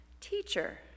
teacher